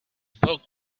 book